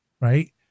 Right